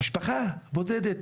משפחה בודדת,